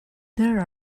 there